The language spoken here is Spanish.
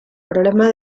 problema